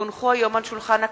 כי הונחו היום על שולחן הכנסת,